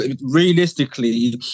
realistically